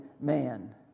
man